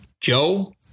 Joe